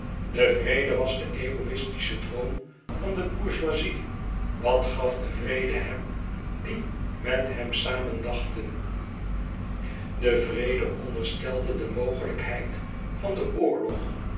de vrede was de egoïstische droom van de bourgoisie wat gaf de vrede hem en die met hem samen dachten de vrede onderstelde de mogelijkheid van den oorlog